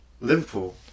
Liverpool